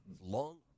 long